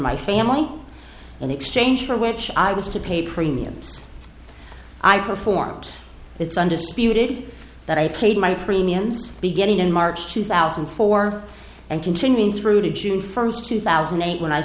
my family in exchange for which i was to pay premiums i performed it's undisputed that i paid my premiums beginning in march two thousand and four and continuing through to june first two thousand and eight when i